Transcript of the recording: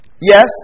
Yes